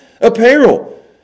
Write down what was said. apparel